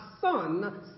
son